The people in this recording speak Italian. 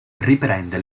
riprende